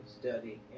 study